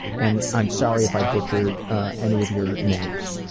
and i'm sorry if i butchered any of your names.